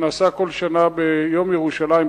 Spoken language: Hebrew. שנעשה כל שנה ביום ירושלים,